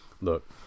look